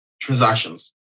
transactions